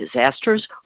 disasters